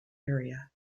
area